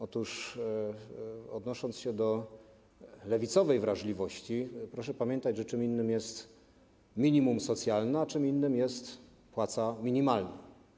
Odnosząc się do lewicowej wrażliwości, proszę pamiętać, że czym innym jest minimum socjalne, a czym innym jest płaca minimalna.